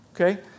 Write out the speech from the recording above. okay